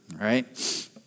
right